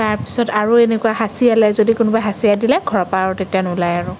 তাৰ পিছত আৰু এনেকুৱা হাঁচিয়ালে যদি কোনোবাই হাঁচিয়াই দিলে ঘৰৰ পৰা আৰু তেতিয়া নোলায় আৰু